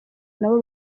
nabo